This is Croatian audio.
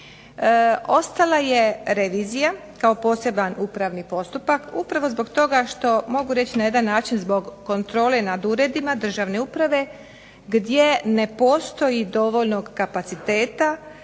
Ostala je revizija kao posebni upravni postupak upravo zbog toga što mogu reći na jedan način zbog kontrole nad uredima državne uprave gdje ne postoji dovoljnog kapaciteta